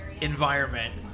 environment